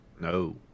No